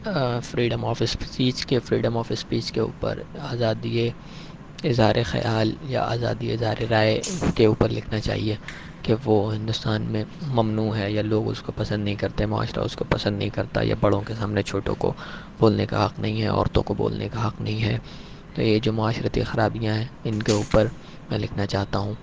freedom of species کے freedom of speech کے اوپر آزادیٔ اظہار خیال یا آزادیٔ اظہار رائے کے اوپر لکھنا چاہیے کہ وہ ہندوستان میں ممنوع ہے یا لوگ اس کو پسند نہیں کرتے معاشرہ اس کو پسند نہیں کرتا یا بڑوں کے سامنے چھوٹوں کو بولنے کا حق نہیں ہے عورتوں کو بولنے کا حق نہیں ہے تو یہ جو معاشرتی خرابیاں ہیں ان کے اوپر میں لکھنا چاہتا ہوں